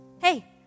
Hey